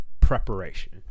preparation